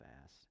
fast